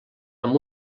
amb